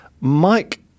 Mike